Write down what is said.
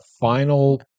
final